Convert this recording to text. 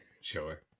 Sure